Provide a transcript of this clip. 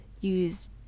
use